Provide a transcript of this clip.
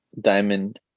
diamond